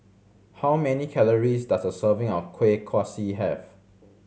how many calories does a serving of Kuih Kaswi have